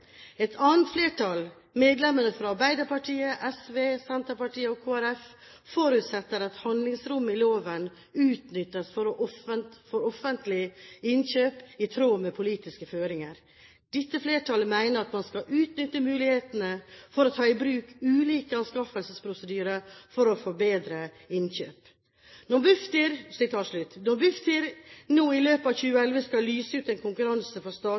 forutsetter at handlingsrommet i loven utnyttes for å oppnå offentlige innkjøp i tråd med politiske føringer. Dette flertallet mener at man skal utnytte mulighetene for å ta i bruk ulike anskaffelsesprosedyrer for å få bedre innkjøp.» Når Bufdir nå i løpet av 2011 skal lyse ut en konkurranse for